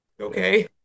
Okay